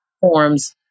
forms